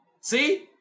See